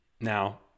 Now